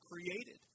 created